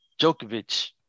Djokovic